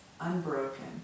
unbroken